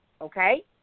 Okay